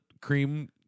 Cream